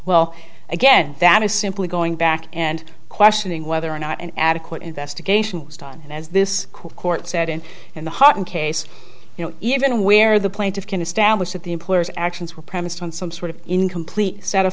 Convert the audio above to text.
well again that is simply going back and questioning whether or not an adequate investigation was done and as this court said in in the heart in case you know even where the plaintiffs can establish that the employers actions were premised on some sort of incomplete set